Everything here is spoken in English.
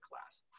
class